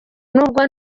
nubwo